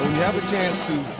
you have a chance to